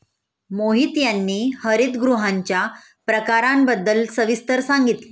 मोहित यांनी हरितगृहांच्या प्रकारांबद्दल सविस्तर सांगितले